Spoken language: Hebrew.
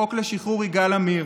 חוק לשחרור יגאל עמיר